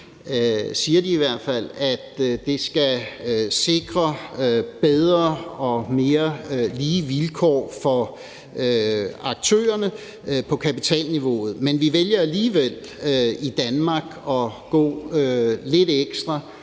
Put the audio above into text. siger de i hvert fald – bedre og mere lige vilkår for aktørerne på kapitalniveauet, men vi vælger alligevel i Danmark at gøre lidt ekstra